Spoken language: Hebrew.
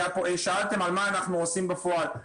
שאלתם על מה שאנחנו עושים בפועל,